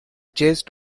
chased